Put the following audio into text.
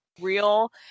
real